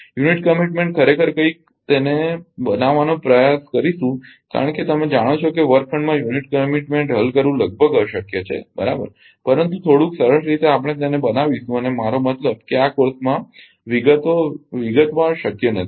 unit commitment ખરેખર કંઈક તેને બનાવવાનો પ્રયાસ કરીશું કારણ કે તમે જાણો કે વર્ગખંડમાં યુનિટ કમીટમેન્ટ હલ કરવું લગભગ અશક્ય છે બરાબર પરંતુ થોડુક સરળ રીતે આપણે તેને બનાવીશું અને મારો મતલબ કે આ કોર્સમાં વિગતોવિગતવાર શક્ય નથી